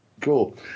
Cool